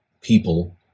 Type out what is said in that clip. People